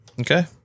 Okay